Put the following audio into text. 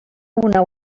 una